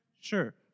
sure